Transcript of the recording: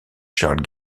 charles